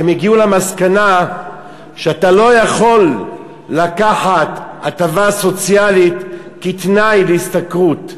כי הן הגיעו למסקנה שאתה לא יכול לתת הטבה סוציאלית בתנאי השתכרות.